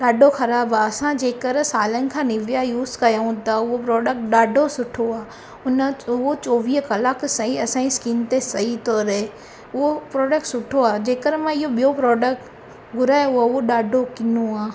ॾाढो खराब आ असां जे कर सालनि खां निव्या यूस कयूं ता उओ प्रोडक्ट ॾाढो सुठो आहे उन उहो चोवीह कलाक सही असांजी स्किन ते सही तो रहे उहो प्रोडक्ट सुठो आहे जे करे मां इहो ॿियों प्रोडक्ट घुरायो आहे उहो ॾाढो किनो आहे